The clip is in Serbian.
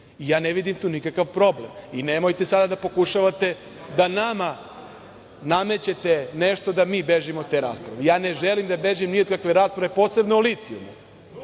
i ja ne vidim tu nikakav problem i nemojte sada da pokušavate da nama namećete nešto da mi bežimo od te rasprave. Ne želim da bežim ni od kakve rasprave, posebno o litijumu